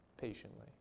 patiently